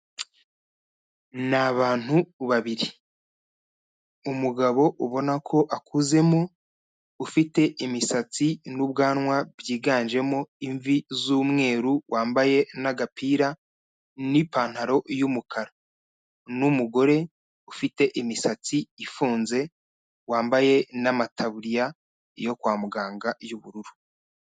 Ni abantu babiri, umugabo ubona ko akuzemo ufite imisatsi n'ubwanwa byiganjemo imvi z'umweru wambaye n'agapira n'ipantaro y'umukara, n'umugore ufite imisatsi ifunze wambaye amataburiya yo kwa muganga y'ubururu.